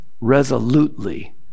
resolutely